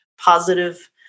positive